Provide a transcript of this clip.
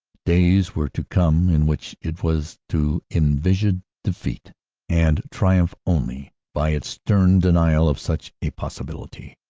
days were to come in which it was to envisage defeat and triumph only by its stern denial of such a possibility.